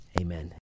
amen